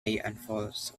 alfonso